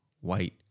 white